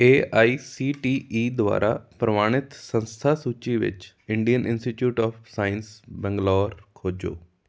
A I C T E ਦੁਆਰਾ ਪ੍ਰਵਾਨਿਤ ਸੰਸਥਾ ਸੂਚੀ ਵਿੱਚ Indian institute of science Bangalore ਖੋਜੋ